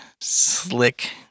slick